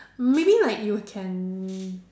maybe like you can